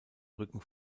rücken